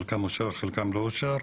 חלקם אושר וחלקם לא אושר,